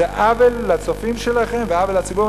זה עוול לצופים שלכם ועוול לציבור,